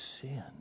sin